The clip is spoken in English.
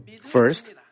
First